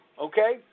Okay